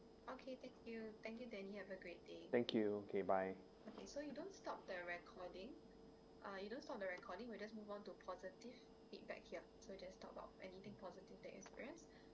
thank you okay bye